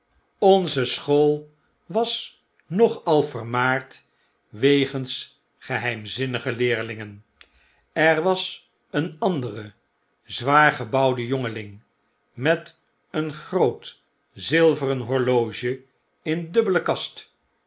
onze school was nogal vermaard wegens geheimzinnige leerlingen er was een andere zwaargebouwde jongeling met een groot zilveren horloge in dubbele kast